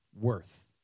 worth